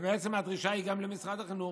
ובעצם הדרישה היא גם למשרד החינוך.